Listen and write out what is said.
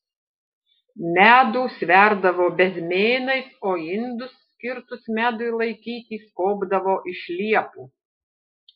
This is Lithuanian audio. medų sverdavo bezmėnais o indus skirtus medui laikyti skobdavo iš liepų